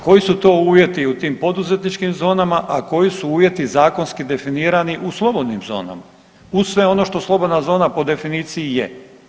Koji su to uvjeti u tim poduzetničkim zonama, a koji su uvjeti zakonski definirani u slobodnim zonama uz sve ono što slobodna zona po definiciji je?